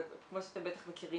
אבל כמו שאתם בטח מכירים,